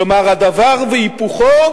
כלומר, הדבר והיפוכו,